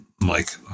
Mike